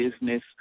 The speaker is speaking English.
business